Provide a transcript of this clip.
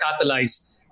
Catalyze